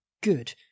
Good